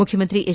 ಮುಖ್ಯಮಂತ್ರಿ ಎಚ್